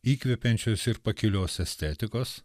įkvepiančios ir pakilios estetikos